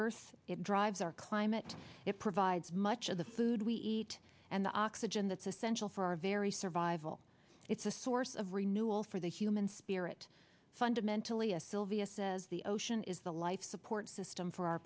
earth it drives our climate it provides much of the food we eat and the oxygen that's essential for our very survival it's a source of renewal for the human spirit fundamentally a sylvia says the ocean is the life support system for our